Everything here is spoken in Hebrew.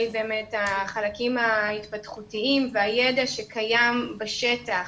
החלקים ההתפתחותיים והידע שקיים בשטח